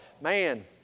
man